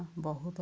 ବହୁତ